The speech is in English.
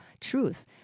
truth